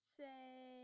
say